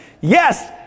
Yes